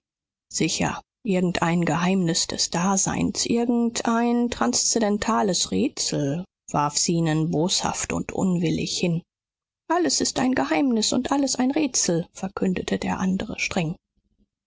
sicher irgendein geheimnis des daseins irgendein transzendentales rätsel warf zenon boshaft und unwillig hin alles ist ein geheimnis und alles ein rätsel verkündete der andere streng